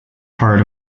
part